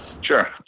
Sure